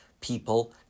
people